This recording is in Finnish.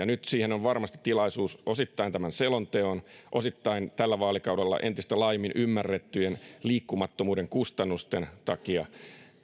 nyt siihen on varmasti tilaisuus osittain tämän selonteon osittain tällä vaalikaudella entistä laajemmin ymmärrettyjen liikkumattomuuden kustannusten takia